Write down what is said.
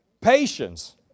patience